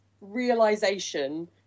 realization